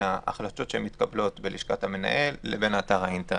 ההחלטות שמתקבלות בלשכת המנהל לבין אתר האינטרנט.